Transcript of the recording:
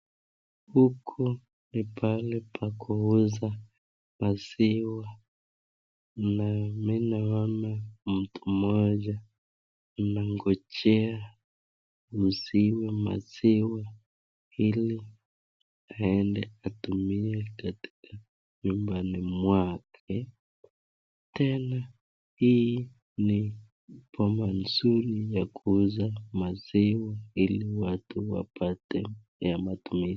Huku ni pahali pa kuuza maziwa na mimi naona mtu mmoja anangojea kuuziwa maziwa ili aende atumie labda nyumbani mwao tena hii ni bomba mzuri ya kuuza maziwa ili watu wapate ya matumizi.